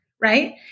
right